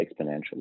exponentially